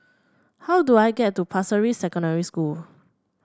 how do I get to Pasir Ris Secondary School